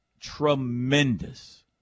tremendous